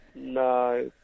No